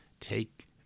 take